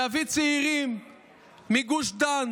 להביא צעירים מגוש דן